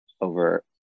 over